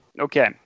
Okay